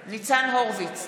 הורוביץ,